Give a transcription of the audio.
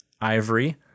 ivory